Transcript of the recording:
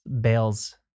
Bales